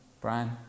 Brian